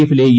എഫിലെ ഇ